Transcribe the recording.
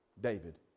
David